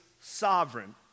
sovereign